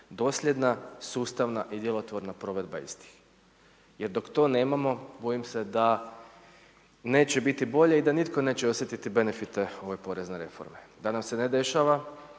dosljedna, sustavna i djelotvorna provedba istih. Jer dok to nemamo, bojim se da neće biti bolje i da nitko neće osjetiti benefite ove porezne reforme, da nam se ne dešava